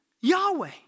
Yahweh